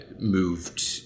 moved